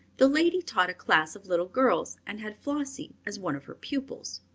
the lady taught a class of little girls and had flossie as one of her pupils.